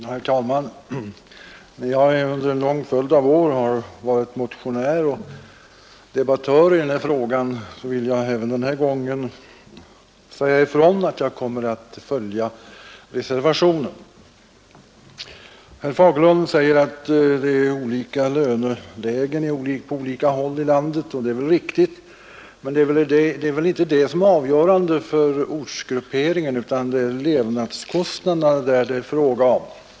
Herr talman! Eftersom jag under en lång följd av år har varit motionär och debattör i denna fråga, vill jag även den här gången säga ifrån att jag kommer att följa reservationen. Herr Fagerlund sade att det är olika lönelägen på olika håll i landet. Det är väl riktigt, men det är inte detta som det är fråga om, utan vad som är avgörande för ortsgrupperingen är levnadskostnaderna.